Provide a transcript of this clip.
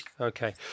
Okay